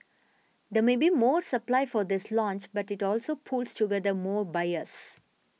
there may be more supply for this launch but it also pools together more buyers